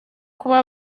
kuba